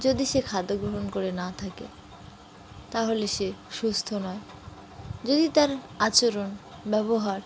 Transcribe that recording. যদি সে খাদ্য গ্রহণ করে না থাকে তাহলে সে সুস্থ নয় যদি তার আচরণ ব্যবহার